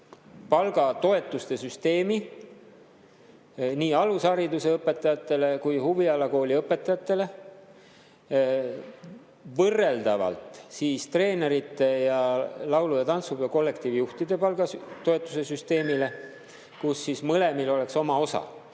palgatoetuste süsteemi nii alushariduse õpetajatele kui ka huvialakooli õpetajatele võrreldavalt siis treenerite ning laulu‑ ja tantsupeo kollektiivijuhtide palgatoetuse süsteemile, kus mõlemal oleks oma osa.